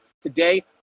today